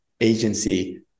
agency